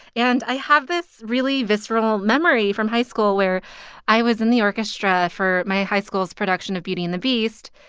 and i have this really visceral memory from high school where i was in the orchestra for my high school's production of beauty and the beast.